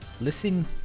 Listen